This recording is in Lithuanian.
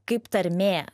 kaip tarmė